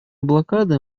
блокады